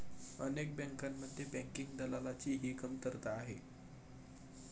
अनेक बँकांमध्ये बँकिंग दलालाची ही कमतरता आहे